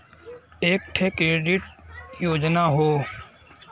एक ठे क्रेडिट योजना हौ